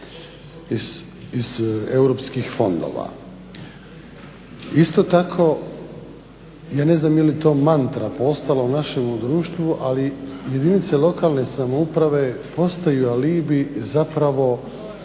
iz Europskih fondova. Isto tako ja ne znam je li to mantra postalo u našemu društvu ali jedinice lokalne samouprave postaju alibi zapravo